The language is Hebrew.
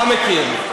המקים.